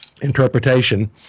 interpretation